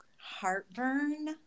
Heartburn